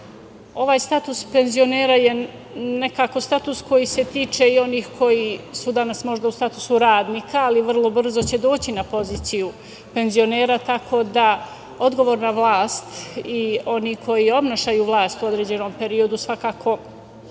ovaj status penzionera je nekako status koji se tiče i onih koji su danas možda u statusu radnika, ali će vrlo brzo doći na poziciju penzionera, tako da odgovorna vlast i oni koji oponašaju vlast u određenom periodu svakako